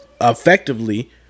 effectively